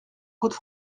côtes